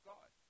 God